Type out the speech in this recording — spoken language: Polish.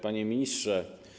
Panie Ministrze!